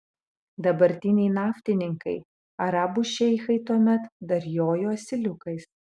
dabartiniai naftininkai arabų šeichai tuomet dar jojo asiliukais